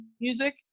music